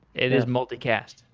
it is multicast.